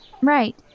Right